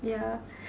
yeah